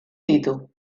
ditu